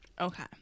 okay